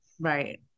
Right